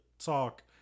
talk